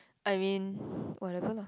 I mean whatever lah